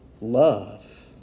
love